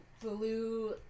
blue